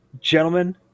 gentlemen